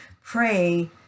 pray